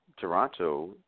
Toronto